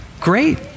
great